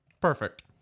Perfect